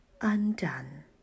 undone